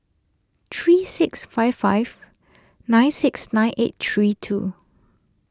three six five five nine six nine eight three two